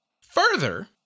Further